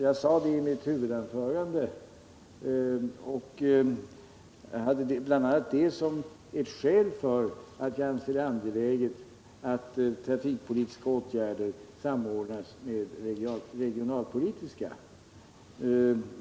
Jag sade detta i mitt huvudanförande och hade bl.a. det som ett skäl för att jag anser det angeläget att trafikpolitiska åtgärder samordnas med regionalpolitiska.